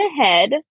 ahead